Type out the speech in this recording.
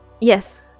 Yes